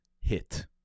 hit